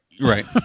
right